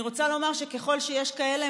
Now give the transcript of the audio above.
אני רוצה לומר שככל שיש כאלה,